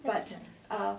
but err